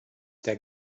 der